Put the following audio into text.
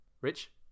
rich